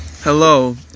Hello